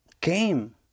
came